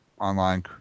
online